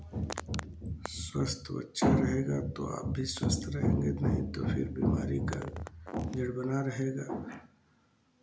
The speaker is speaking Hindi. स्वस्थ बच्चा रहेगा तो आप भी स्वस्थ रहेंगे नहीं तो फिर बीमारी का डर बना रहेगा